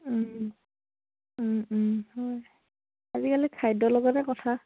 হয় আজিকালি খাদ্যৰ লগতে কথা